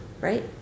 Right